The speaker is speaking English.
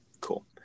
Cool